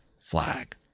flag